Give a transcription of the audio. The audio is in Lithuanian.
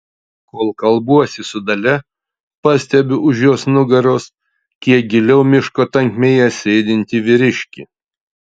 kol kalbuosi su dalia pastebiu už jos nugaros kiek giliau miško tankmėje sėdintį vyriškį